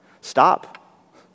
stop